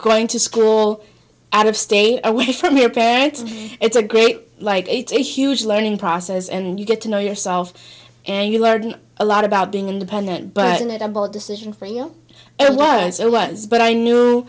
going to school out of state away from your parents it's a great like it's a huge learning process and you get to know yourself and you learn a lot about being independent but isn't it a bold decision for you it was or was but i knew